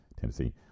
Tennessee